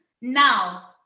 Now